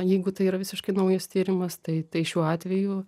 jeigu tai yra visiškai naujas tyrimas tai tai šiuo atveju